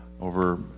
over